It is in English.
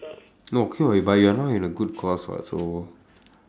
no okay [what] but you are now in a good course [what] so